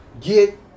get